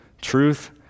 truth